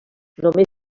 només